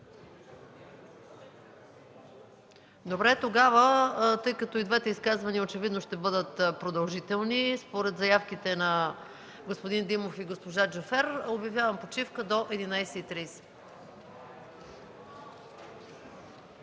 Димов.) Тъй като и двете изказвания очевидно ще бъдат продължителни, според заявките на господин Димов и госпожа Джафер, обявявам почивка до 11,30